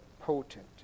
potent